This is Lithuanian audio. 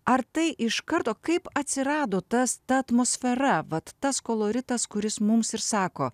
ar tai iš karto kaip atsirado tas ta atmosfera vat tas koloritas kuris mums ir sako